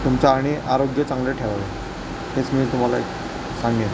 तुमचं आणि आरोग्य चांगलं ठेवावे हेच मी तुम्हाला सांगेन